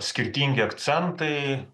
skirtingi akcentai